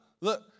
look